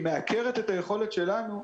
היא מעקרת את היכולת שלנו.